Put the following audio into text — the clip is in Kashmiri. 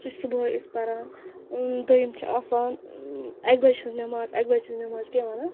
سُہ چھِ صُبحٲے أسۍ پَران دوٚیُم چھِ آسان اَکہِ بَجہِ ہِنٛز نٮ۪ماز اَکہِ بَجہِ ہِنٛز نٮ۪مازِ کیاہ وَنان